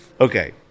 Okay